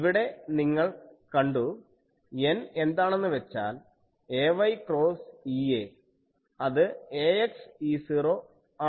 ഇവിടെ നിങ്ങൾ കണ്ടു n എന്താണെന്നുവെച്ചാൽ ay ക്രോസ് Ea അത് ax E0 ആണെന്ന്